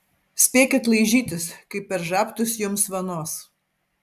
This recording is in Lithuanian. spėkit laižytis kai per žabtus jums vanos